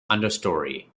understory